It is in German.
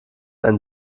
ein